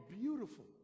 beautiful